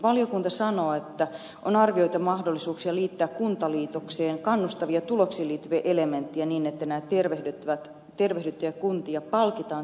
valiokunta sanoo että on arvioitu mahdollisuuksia liittää kuntaliitokseen kannustavia tulokseen liittyviä elementtejä niin että tervehdyttäviä kuntia palkitaan taloudellisesti